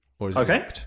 Okay